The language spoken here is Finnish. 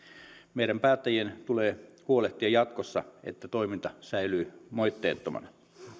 meidän päättäjien tulee huolehtia jatkossa että toiminta säilyy moitteettomana